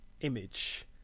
image